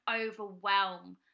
overwhelm